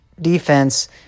defense